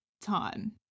time